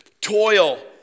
toil